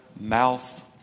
mouth